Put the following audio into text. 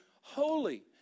holy